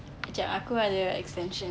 jap aku ada extension